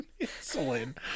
insulin